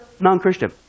non-Christian